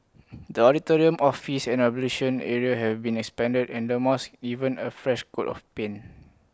the auditorium office and ablution area have been expanded and the mosque given A fresh coat of paint